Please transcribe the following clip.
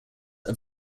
are